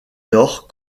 nord